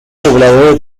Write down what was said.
pobladores